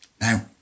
Now